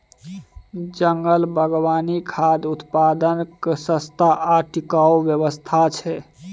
जंगल बागवानी खाद्य उत्पादनक सस्ता आ टिकाऊ व्यवस्था छै